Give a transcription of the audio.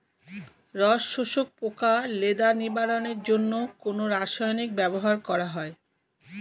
রস শোষক পোকা লেদা নিবারণের জন্য কোন রাসায়নিক ব্যবহার করা হয়?